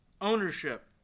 ownership